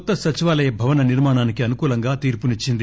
కొత్త సచివాలయ భవన నిర్మాణానికి అనుకూలంగా తీర్పునిచ్చింది